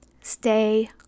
stay